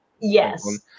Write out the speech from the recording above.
Yes